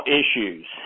issues